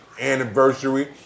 anniversary